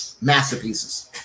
masterpieces